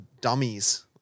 dummies